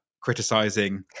criticizing